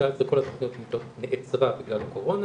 כל תכנית המיטות נעצרה בגלל הקורונה,